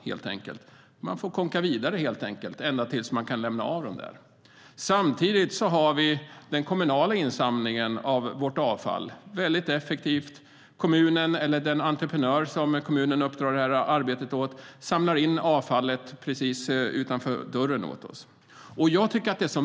Man får helt enkelt kånka vidare ända tills man kan lämna detta någonstans. Samtidigt har vi den kommunala insamlingen av vårt avfall. Det är väldigt effektivt. Kommunen eller den entreprenör som kommunen uppdrar arbetet åt samlar in avfallet precis utanför dörren åt oss.